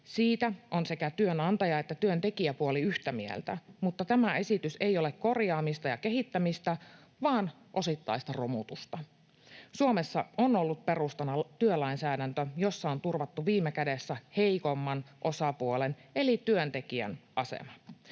Siitä ovat sekä työnantaja- että työntekijäpuoli yhtä mieltä, mutta tämä esitys ei ole korjaamista ja kehittämistä vaan osittaista romutusta. Suomessa on ollut perustana työlainsäädäntö, jossa on turvattu viime kädessä heikomman osapuolen eli työntekijän asema.